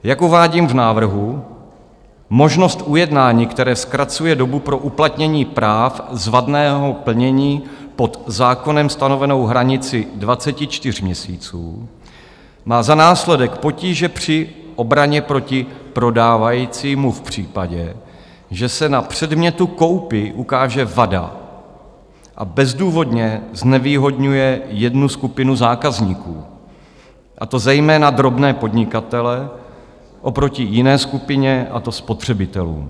Jak uvádím v návrhu, možnost ujednání, které zkracuje dobu pro uplatnění práv z vadného plnění pod zákonem stanovenou hranici 24 měsíců, má za následek potíže při obraně proti prodávajícímu v případě, že se na předmětu koupě ukáže vada, a bezdůvodně znevýhodňuje jednu skupinu zákazníků, a to zejména drobné podnikatele, oproti jiné skupině, a to spotřebitelům.